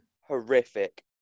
horrific